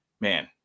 man